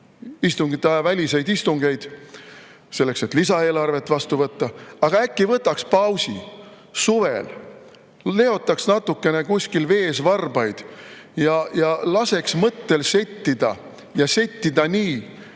istungiajaväliseid istungeid selleks, et lisaeelarve vastu võtta. Aga äkki võtaks pausi suvel, leotaks natukene kuskil vees varbaid ja laseks mõtetel settida? Settida nii,